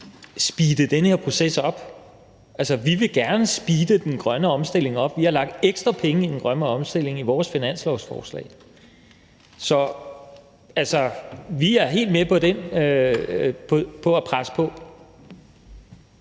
speede den her proces op. Altså, vi vil gerne speede den grønne omstilling op. Vi har lagt ekstra penge i den grønne omstilling i vores finanslovsforslag, så vi er helt med på at presse på.